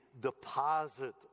deposit